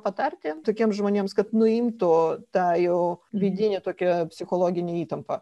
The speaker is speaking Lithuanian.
patarti tokiems žmonėms kad nuimtų tą jo vidinią tokią psichologinę įtampą